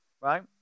right